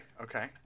okay